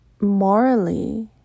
Morally